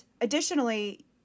additionally